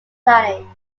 planning